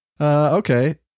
Okay